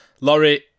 Laurie